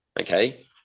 Okay